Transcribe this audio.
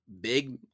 big